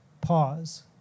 Pause